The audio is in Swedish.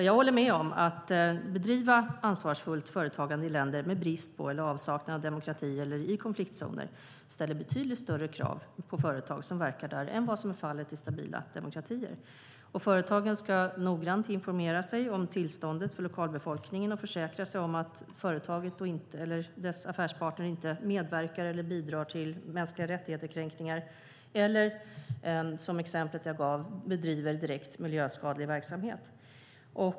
Jag håller med: Att bedriva ansvarsfullt företagande i länder med brist på eller avsaknad av demokrati eller i konfliktzoner ställer betydligt större krav på företag som verkar där än vad som är fallet i stabila demokratier. Företagen ska noggrant informera sig om tillståndet för lokalbefolkningen och försäkra sig om att de eller deras affärspartner inte medverkar i eller bidrar till kränkningar av mänskliga rättigheter eller, som i exemplet jag gav, bedriver direkt miljöskadlig verksamhet.